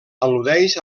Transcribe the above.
al·ludeix